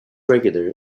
regular